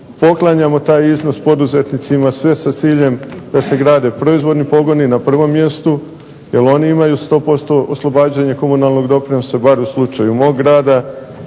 poklanjamo taj iznos poduzetnicima sve sa ciljem da se grade proizvodnji pogodni na prvom mjestu jer oni imaju sto posto oslobađanje komunalnog doprinosa bar u slučaju mog rada.